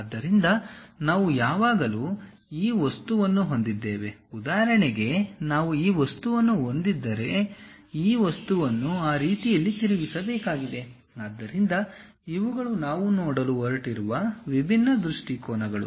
ಆದ್ದರಿಂದ ನಾವು ಯಾವಾಗಲೂ ಈ ವಸ್ತುವನ್ನು ಹೊಂದಿದ್ದೇವೆ ಉದಾಹರಣೆಗೆ ನಾವು ಈ ವಸ್ತುವನ್ನು ಹೊಂದಿದ್ದರೆ ಈ ವಸ್ತುವನ್ನು ಆ ರೀತಿಯಲ್ಲಿ ತಿರುಗಿಸಬೇಕಾಗಿದೆ ಆದ್ದರಿಂದ ಇವುಗಳು ನಾವು ನೋಡಲು ಹೊರಟಿರುವ ವಿಭಿನ್ನ ದೃಷ್ಟಿಕೋನಗಳು